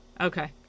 okay